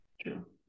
True